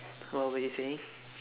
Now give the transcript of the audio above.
what were you saying